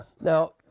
Now